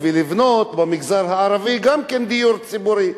ולבנות במגזר הערבי גם כן דיור ציבורי.